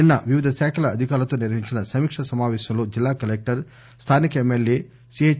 నిన్న వివిధ శాఖల అధికారులతో నిర్వహించిన సమీకా సమాపేశంలో జిల్లా కలెక్టర్ స్థానిక ఎంఎల్ఏ సీహెచ్